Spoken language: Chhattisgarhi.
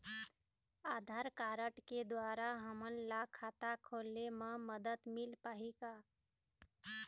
आधार कारड के द्वारा हमन ला खाता खोले म मदद मिल पाही का?